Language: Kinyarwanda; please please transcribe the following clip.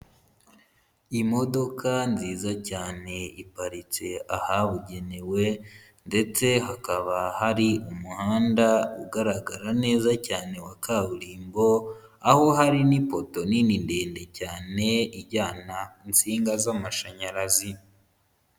Imodoka nziza cyane iparitse ahabugenewe ndetse hakaba hari umuhanda ugaragara neza cyane wa kaburimbo, aho hari n'ipoto nini ndende cyane ijyana insinga z'amashanyarazi.